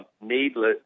needless